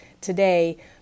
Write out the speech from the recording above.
today